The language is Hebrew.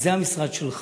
וזה המשרד שלך.